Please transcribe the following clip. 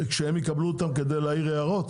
שהם יקבלו אותן כדי להעיר הערות?